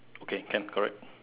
okay can correct